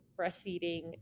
breastfeeding